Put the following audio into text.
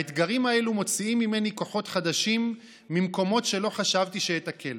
האתגרים האלה מוציאים ממני כוחות חדשים ממקומות שלא חשבתי שאיתקל.